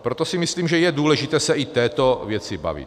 Proto si myslím, že je důležité se i o této věci bavit.